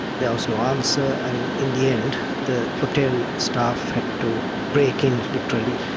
there was no answer. and in the end the hotel staff had to break in literally,